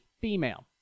female